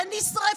של אנשים שנשרפו,